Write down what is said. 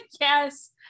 Yes